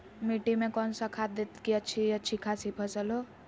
मिट्टी में कौन सा खाद दे की अच्छी अच्छी खासी फसल हो?